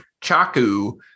Chaku